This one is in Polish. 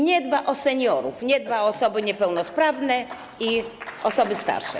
Nie dba o seniorów, nie dba o osoby niepełnosprawne i osoby starsze.